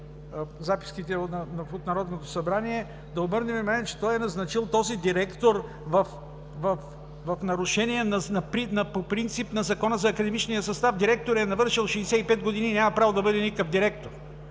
записките от Народното събрание, че той е назначил този директор в нарушение по принцип на Закона за академичния състав. Директорът е навършил 65 години и няма право да бъде никакъв директор,